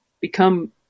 become